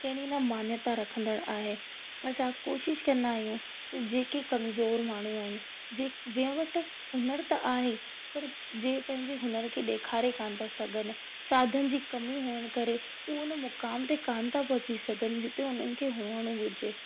केॾी न मान्यता रखंदड़ु आहे असां कोशिश कंदा आहियूं त जेके कमज़ोरु माण्हू आहिनि जंहिं जंहिं वटि हुनर त आहे पर जंहिं पंहिंजे हुनर खे ॾेखारे कान था सघनि साधन जी कमी हुअणु करे उहो हुन मुक़ाम ते कान था पहुची सघनि जिते हुननि खे हुअणु हुजे